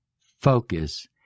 focus